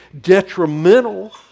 detrimental